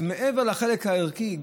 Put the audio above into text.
אז מעבר לחלק הערכי,